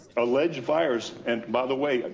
alleged virus. and by the way,